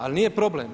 Ali nije problem.